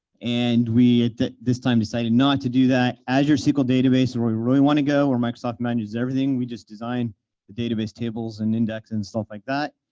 and we, at this time, decided not to do that. azure sql database, where we really want to go, where microsoft manages everything, we just design the database tables and index and stuff like that.